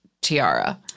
Tiara